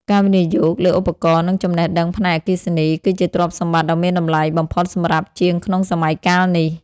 ការវិនិយោគលើឧបករណ៍ និងចំណេះដឹងផ្នែកអគ្គិសនី គឺជាទ្រព្យសម្បត្តិដ៏មានតម្លៃបំផុតសម្រាប់ជាងក្នុងសម័យកាលនេះ។